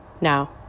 Now